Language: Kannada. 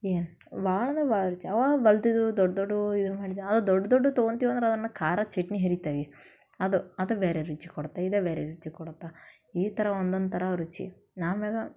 ಏ ಭಾಳಂದ್ರ ಭಾಳ ರುಚಿ ಅವಾ ಬಲ್ತಿದ್ದು ದೊಡ್ಡ ದೊಡ್ಡವು ಆವಾಗ ದೊಡ್ಡ ದೊಡ್ಡದು ತಗೋತಿವಂದ್ರ ಅವನ್ನು ಖಾರ ಚಟ್ನಿ ಹೆರಿತೀವಿ ಅದು ಅದೇ ಬೇರೆ ರುಚಿ ಕೊಡತ್ತೆ ಇದೇ ಬೇರೆ ರುಚಿ ಕೊಡತ್ತೆ ಈ ಥರ ಒಂದೊಂದು ಥರ ರುಚಿ ನಾಮೇಗ